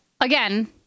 again